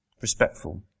respectful